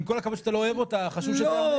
עם כל הכבוד שאתה לא אוהב אותה, חשוב שתיאמר.